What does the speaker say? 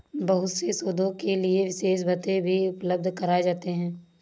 बहुत से शोधों के लिये विशेष भत्ते भी उपलब्ध कराये जाते हैं